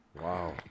Wow